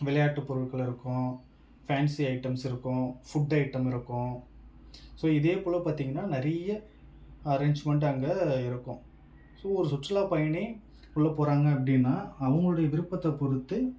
விளையாட்டுப் பொருட்கள் இருக்கும் ஃபேன்ஸி ஐட்டம்ஸ் இருக்கும் ஃபுட் ஐட்டம் இருக்கும் ஸோ இதேபோல் பார்த்திங்கன்னா நிறைய அரேஞ்ச்மெண்ட் அங்கே இருக்கும் ஸோ ஒரு சுற்றுலாப்பயணி உள்ள போகிறாங்க அப்படின்னா அவங்களுடைய விருப்பத்தை பொறுத்து